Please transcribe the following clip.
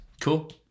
Cool